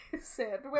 sandwich